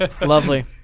Lovely